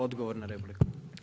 Odgovor na repliku.